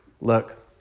Look